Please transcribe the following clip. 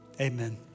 amen